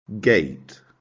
gate